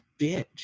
bitch